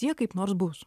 tie kaip nors bus